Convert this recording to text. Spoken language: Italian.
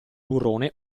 burrone